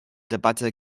debatte